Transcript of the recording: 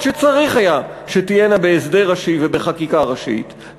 שצריך שתהיינה בהסדר ראשי ובחקיקה ראשית,